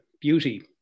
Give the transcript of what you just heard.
beauty